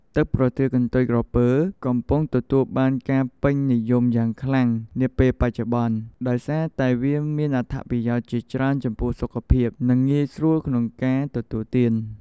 ទឹកប្រទាលកន្ទុយក្រពើ កំពុងទទួលបានការពេញនិយមយ៉ាងខ្លាំងនាពេលបច្ចុប្បន្ន ដោយសារតែវាមានអត្ថប្រយោជន៍ជាច្រើនចំពោះសុខភាព និងងាយស្រួលក្នុងការទទួលទាន។